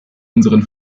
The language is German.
unseren